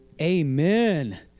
Amen